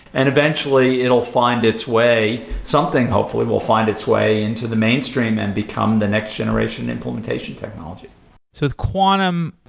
and eventually, it'll find its way, something hopefully will find its way into the mainstream and become the next generation implementation technology so it's quantum,